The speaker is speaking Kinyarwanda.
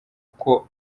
kuko